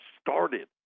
started